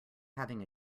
having